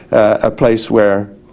a place where,